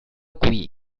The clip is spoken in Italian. qui